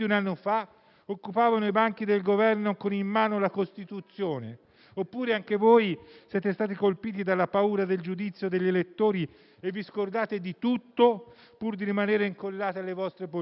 occupavano i banchi del Governo con in mano la Costituzione. Forse anche voi siete stati colpiti dalla paura del giudizio degli elettori e vi scordate di tutto pur di rimanere incollati alle vostre poltrone?